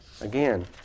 Again